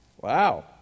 Wow